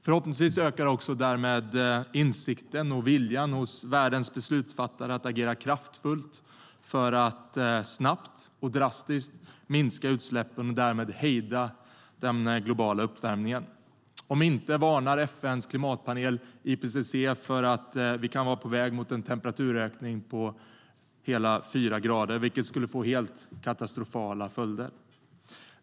Förhoppningsvis ökar därmed också insikten och viljan hos världens beslutsfattare att agera kraftfullt för att snabbt och drastiskt minska utsläppen och därmed hejda den globala uppvärmningen. Om inte varnar FN:s klimatpanel IPCC för att vi kan vara på väg mot en temperaturökning på hela fyra grader, vilket skulle få katastrofala följder.